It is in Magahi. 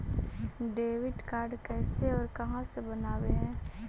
डेबिट कार्ड कैसे और कहां से बनाबे है?